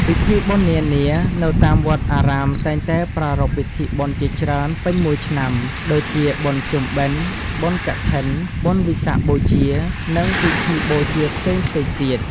ពិធីបុណ្យនានា នៅតាមវត្តអារាមតែងតែប្រារព្ធពិធីបុណ្យជាច្រើនពេញមួយឆ្នាំ ដូចជា បុណ្យភ្ជុំបិណ្ឌ បុណ្យកឋិន បុណ្យវិសាខបូជា និងពិធីបូជាផ្សេងៗទៀត។